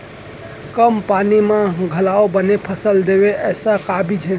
कम पानी मा घलव बने फसल देवय ऐसे का बीज हे?